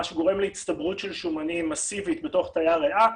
מה שגורם להצטברות שומנים מסיבית בתוך תאי הריאה,